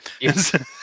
Yes